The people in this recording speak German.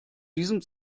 diesem